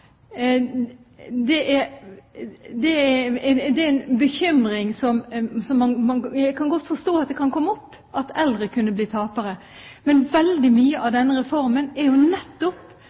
Det er en bekymring jeg godt kan forstå kommer opp, at eldre kan bli tapere. Men veldig mye av denne reformen er jo nettopp